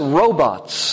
robots